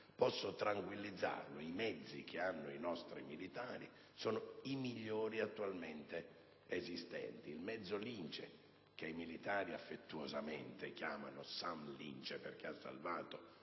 Posso tranquillizzarla: i mezzi che hanno i nostri militari sono i migliori attualmente esistenti. Il mezzo "Lince" di produzione italiana, che i militari affettuosamente chiamano "San Lince", perché ha salvato